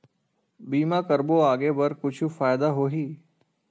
बीमा करबो आगे बर कुछु फ़ायदा होही?